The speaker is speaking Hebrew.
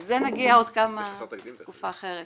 לזה נגיע בתקופה אחרת.